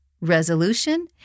resolution